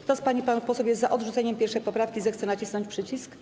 Kto z pań i panów posłów jest za odrzuceniem 1. poprawki, zechce nacisnąć przycisk.